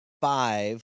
five